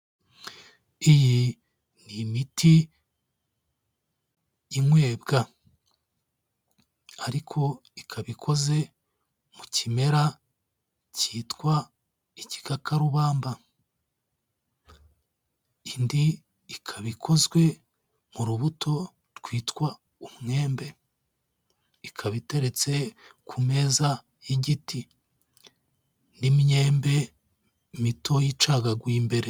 Iyi ni imiti inywebwa. Ariko ikaba ikoze mu kimera cyitwa igikakarubamba. Indi ikaba ikozwe mu rubuto rwitwa umwembe. Ikaba iteretse ku meza y'igiti, n'imyembe mitoya icagaguye imbere.